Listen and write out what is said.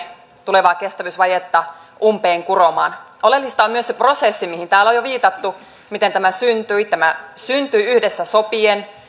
tulevaa kestävyysvajetta umpeen kuromaan oleellista on myös se prosessi mihin täällä on jo viitattu miten tämä syntyi tämä syntyi yhdessä sopien